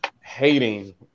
hating